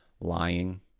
lying